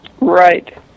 Right